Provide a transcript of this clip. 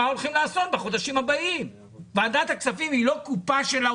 דיברתי עם משרד האוצר, עם כמה נציגים במשרד האוצר,